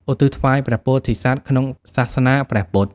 ឧទ្ទិសថ្វាយព្រះពោធិសត្វ ក្នុងសាសនាព្រះពុទ្ធ។